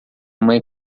mãe